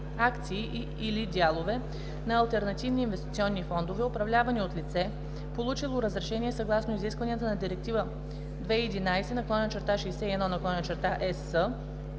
акции и/или дялове на алтернативни инвестиционни фондове, управлявани от лице, получило разрешение съгласно изискванията на Директива 2011/61/ЕС